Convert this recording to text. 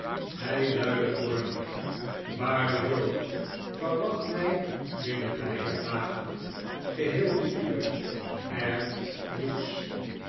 hij luidde woordelijk waarde joe verwacht mij binnen weinig dagen geheel de uwe r hughes